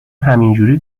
همینجوری